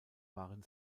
waren